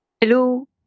Hello